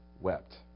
wept